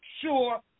sure